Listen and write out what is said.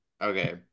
okay